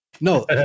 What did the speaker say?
no